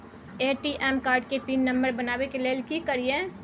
ATM card के pin number बनाबै के लेल की करिए?